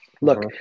Look